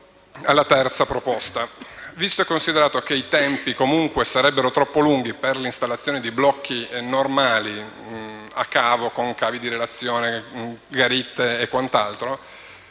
alla terza proposta: visto e considerato che i tempi comunque sarebbero troppo lunghi per l'installazione di blocchi normali (a cavo, con cavi di relazione, garitte e quant'altro),